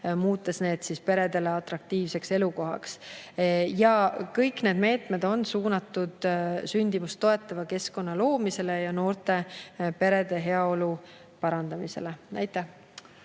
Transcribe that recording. muutes need peredele atraktiivseks elukohaks. Kõik need meetmed on suunatud sündimust toetava keskkonna loomisele ja noorte perede heaolu parandamisele. Aitäh!